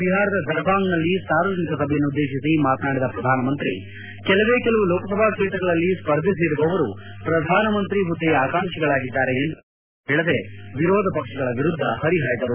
ಬಿಹಾರದ ದರ್ಬಾಂಗ್ನಲ್ಲಿ ಸಾರ್ವಜನಿಕ ಸಭೆಯನ್ನುದ್ಲೇಶಿಸಿ ಮಾತನಾಡಿದ ಪ್ರಧಾನಮಂತ್ರಿ ನರೇಂದ್ರ ಮೋದಿ ಕೆಲವೇ ಕೆಲವು ಲೋಕಸಭಾ ಕ್ಷೇತ್ರಗಳಲ್ಲಿ ಸ್ಪರ್ಧಿಸಿರುವವರು ಪ್ರಧಾನಮಂತ್ರಿ ಹುದ್ದೆಯ ಆಕಾಂಕ್ಷಿಗಳಾಗಿದ್ದಾರೆ ಎಂದು ಯಾರ ಹೆಸರು ಹೇಳದೆ ವಿರೋಧ ಪಕ್ಷಗಳ ವಿರುದ್ದ ಹರಿಹಾಯ್ದರು